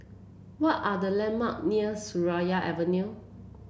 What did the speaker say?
what are the landmark near Seraya Avenue